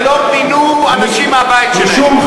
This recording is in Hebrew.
שלא פינו שם אנשים מהבית שלהם,